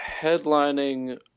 headlining